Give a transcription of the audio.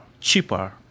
cheaper